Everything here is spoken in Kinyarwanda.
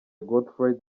godefroid